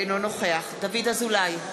אינו נוכח דוד אזולאי,